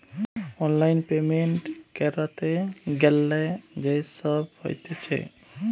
online payment ক্যরতে গ্যালে যে সব হতিছে